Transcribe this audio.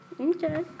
okay